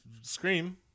Scream